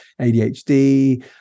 ADHD